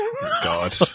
God